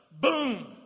Boom